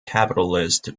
capitalist